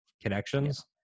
connections